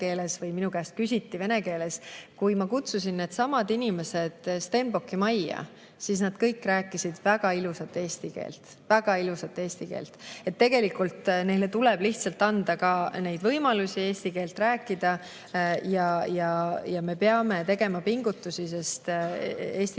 ja minu käest küsiti vene keeles. Kui ma kutsusin needsamad inimesed Stenbocki majja, siis nad kõik rääkisid väga ilusat eesti keelt. Väga ilusat eesti keelt! Tegelikult neile tuleb lihtsalt anda võimalusi eesti keeles rääkida. Ja me peame tegema pingutusi, sest eesti